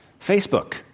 Facebook